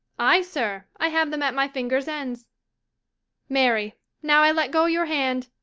ay, sir, i have them at my fingers' ends marry, now i let go your hand,